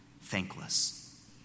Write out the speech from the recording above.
thankless